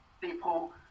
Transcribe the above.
people